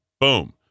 Boom